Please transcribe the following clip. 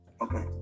Okay